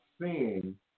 seeing